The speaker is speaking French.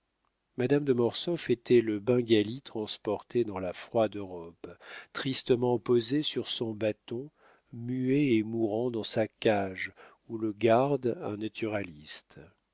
madame de mortsauf était le bengali transporté dans la froide europe tristement posé sur son bâton muet et mourant dans sa cage où le garde un naturaliste